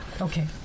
Okay